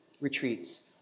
retreats